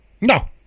No